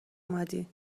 اومدی